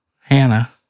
Hannah